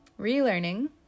Relearning